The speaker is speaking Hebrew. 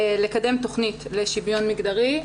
לקדם תכנית לשוויון מגדרי.